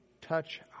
touch